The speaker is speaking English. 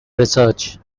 research